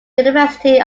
university